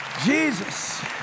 Jesus